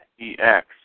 E-X